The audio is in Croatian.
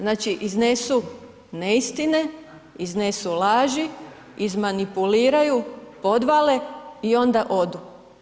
Znači iznesu neistinu, iznesu laži, izmanipuliraju, podvale i onda odu.